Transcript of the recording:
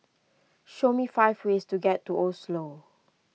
show me five ways to get to Oslo